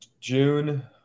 june